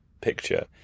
picture